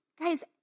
guys